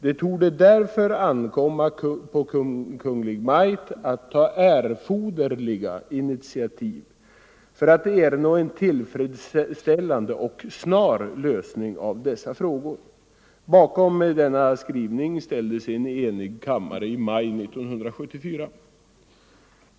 Det torde därför enligt utskottets uppfattning böra ankomma på Kungl. Maj:t att ta erforderliga initiativ för att ernå en tillfredsställande och snar lösning av dessa frågor.” Bakom denna skrivning ställde sig en enig kammare i maj 1974.